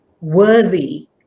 worthy